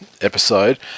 episode